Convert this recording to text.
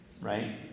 right